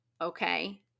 okay